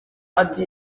ati